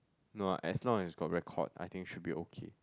no ah as long as got record I think should be okay